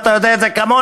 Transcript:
ואתה יודע את זה כמוני.